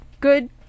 good